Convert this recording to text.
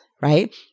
right